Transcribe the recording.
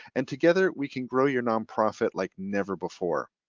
and together we can grow your nonprofit like never before.